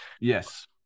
yes